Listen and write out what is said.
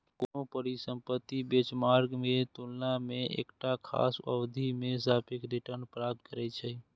कोनो परिसंपत्ति बेंचमार्क के तुलना मे एकटा खास अवधि मे सापेक्ष रिटर्न प्राप्त करै छै